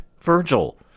Virgil